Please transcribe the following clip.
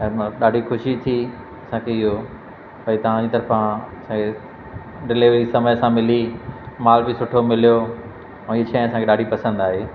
ऐं मां ॾाढी ख़ुशी थी तव्हांजी तरफां हे डिलिवरी समय सां मिली माल बि सुठो मिलियो ऐं हीअ शइ असां खे ॾाढी पसंदि आई